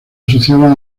asociada